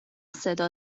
صدا